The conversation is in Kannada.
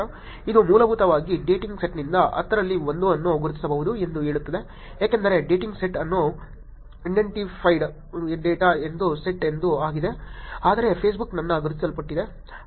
ಇದು ಮೂಲಭೂತವಾಗಿ ಡೇಟಿಂಗ್ ಸೈಟ್ನಿಂದ 10 ರಲ್ಲಿ 1 ಅನ್ನು ಗುರುತಿಸಬಹುದು ಎಂದು ಹೇಳುತ್ತದೆ ಏಕೆಂದರೆ dating site unidentified data set ಆಗಿದೆ ಆದರೆ ಫೇಸ್ಬುಕ್ ನನ್ನ ಗುರುತಿಸಲ್ಪಟ್ಟಿದೆ